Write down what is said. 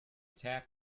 tap